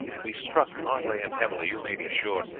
we struck heartily and heavily, you may be sure,